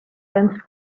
and